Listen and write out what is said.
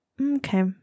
Okay